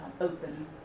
open